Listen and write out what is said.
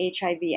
HIV